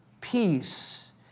Peace